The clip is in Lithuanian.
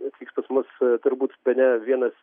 atvyks pas mus turbūt bene vienas